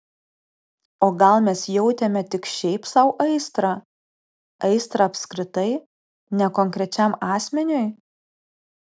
o gal mes jautėme tik šiaip sau aistrą aistrą apskritai ne konkrečiam asmeniui